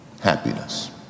Happiness